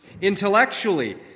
Intellectually